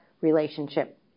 relationship